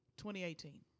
2018